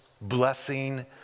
blessing